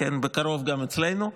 ובקרוב גם אצלנו.